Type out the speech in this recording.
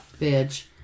Bitch